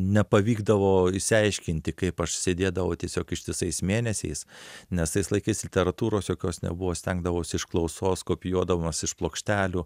nepavykdavo išsiaiškinti kaip aš sėdėdavau tiesiog ištisais mėnesiais nes tais laikais literatūros jokios nebuvo stengdavausi iš klausos kopijuodamas iš plokštelių